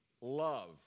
love